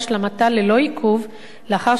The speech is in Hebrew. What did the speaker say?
לאחר שנערוך דיון מהותי בוועדה.